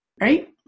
right